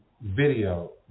video